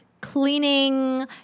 cleaning